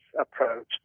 approach